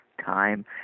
Time